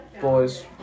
Boys